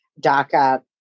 DACA